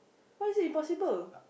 why is it impossible